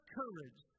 courage